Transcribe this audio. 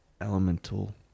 elemental